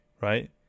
right